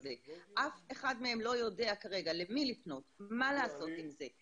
ואף אחד מהם לא יודע כרגע למי לפנות ומה לעשות עם זה.